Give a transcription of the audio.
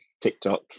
TikTok